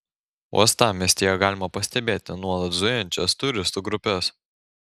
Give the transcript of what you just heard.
uostamiestyje galima pastebėti nuolat zujančias turistų grupes